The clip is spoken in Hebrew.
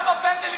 גם בהולנד.